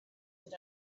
that